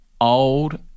old